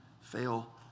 fail